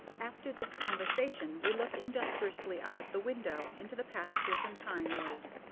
after this conversation we looked industriously out of the window into the pastures and pine-woods.